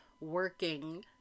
working